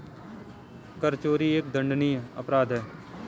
कर चोरी एक दंडनीय अपराध है